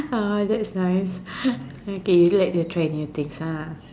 ah that's nice okay you like to try new things ah